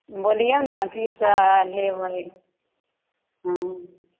बोलिऔ ने किसब लेबै हँ